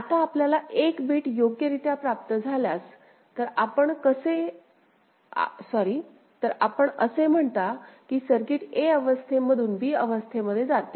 आता आपल्याला 1 बिट योग्यरित्या प्राप्त झाल्यास तर आपण असे म्हणता की सर्किट a अवस्थेमधून bअवस्थेमध्ये जाते